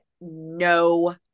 no